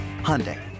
Hyundai